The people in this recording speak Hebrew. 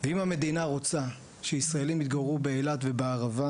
ואם המדינה רוצה שישראלים יגורו באילת ובערבה,